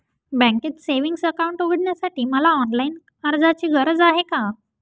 बँकेत savings account उघडण्यासाठी मला ऑनलाईन अर्जाची गरज आहे का?